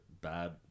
bad